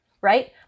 right